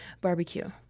barbecue